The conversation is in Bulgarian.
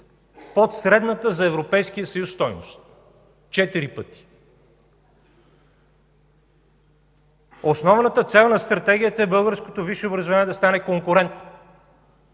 под средната за Европейския съюз стойност. Четири пъти! Основната цел на Стратегията е българското висше образование да стане конкурентно.